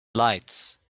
lights